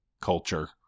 culture